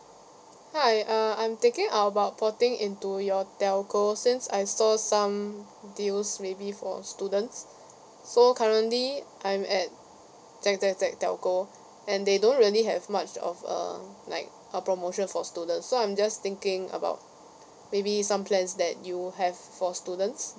hi uh I'm thinking of about porting into your telco since I saw some deals maybe for students so currently I'm at tech~ tech~ tech~ telco and they don't really have much of uh like a promotion for students so I'm just thinking about maybe some plans that you have for students